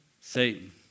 Satan